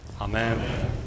Amen